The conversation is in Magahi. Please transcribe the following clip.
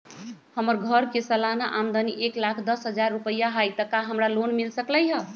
हमर घर के सालाना आमदनी एक लाख दस हजार रुपैया हाई त का हमरा लोन मिल सकलई ह?